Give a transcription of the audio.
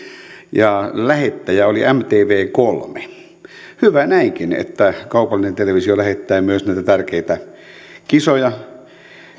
ja lähettäjä oli mtv kolme hyvä näinkin että kaupallinen televisio lähettää myös näitä tärkeitä kisoja